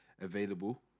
available